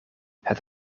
het